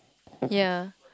ya